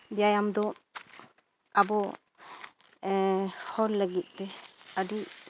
ᱵᱮᱭᱟᱢ ᱫᱚ ᱟᱵᱚ ᱦᱚᱲ ᱞᱟᱹᱜᱤᱫᱼᱛᱮ ᱟᱹᱰᱤ